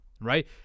right